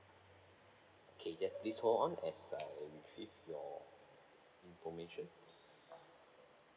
okay yes please hold on as I retrieve your information